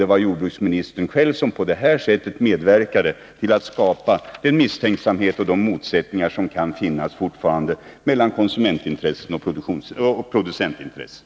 Det var jordbruksministern själv som på detta sätt medverkade till att skapa den misstänksamhet och de motsättningar som fortfarande kan märkas mellan konsumentintressen och producentintressen.